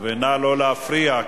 נא לא להפריע.